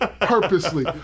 purposely